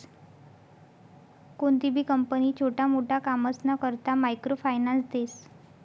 कोणतीबी कंपनी छोटा मोटा कामसना करता मायक्रो फायनान्स देस